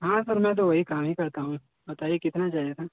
हाँ सर मैं तो वही काम ही करता हूँ बताइए कितना चाहिए था